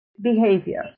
behavior